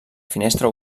finestra